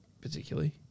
Particularly